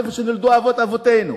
איפה שנולדו אבות אבותינו,